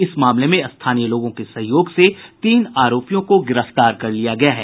इस मामले में स्थानीय लोगों के सहयोग से तीन आरोपियों को गिरफ्तार कर लिया गया है